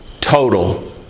total